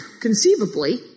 conceivably